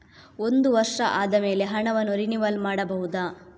ಒಂದು ವರ್ಷ ಆದಮೇಲೆ ಹಣವನ್ನು ರಿನಿವಲ್ ಮಾಡಬಹುದ?